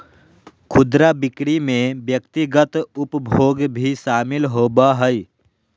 खुदरा बिक्री में व्यक्तिगत उपभोग भी शामिल होबा हइ